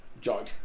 joke